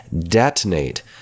detonate